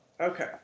okay